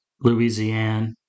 Louisiana